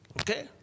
Okay